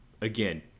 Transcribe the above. again